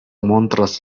montras